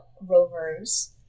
rovers